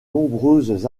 nombreuses